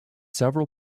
several